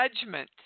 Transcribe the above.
Judgment